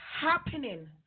happening